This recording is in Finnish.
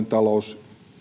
talous